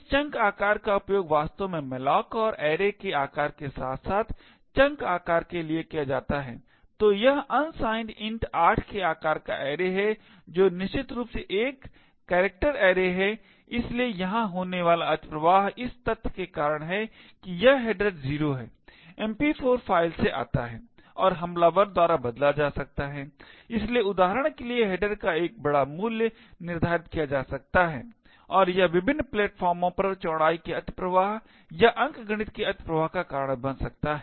इस चंक आकार का उपयोग वास्तव में malloc और ऐरे के आकार के साथ साथ चंक आकार के लिए किया जाता है तो यह unsigned int 8 के आकार का ऐरे है जो निश्चित रूप से एक unsigned character array है इसलिए यहां होने वाला अतिप्रवाह इस तथ्य के कारण है कि यह header 0 है MP4 फ़ाइल से आता है और हमलावर द्वारा बदला जा सकता है इसलिए उदाहरण के लिए header का एक बड़ा मूल्य निर्धारित किया जा सकता है और यह विभिन्न प्लेटफार्मों पर चौड़ाई के अतिप्रवाह या अंकगणित के अतिप्रवाह का कारण बन सकता है